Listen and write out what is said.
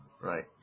right